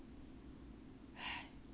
share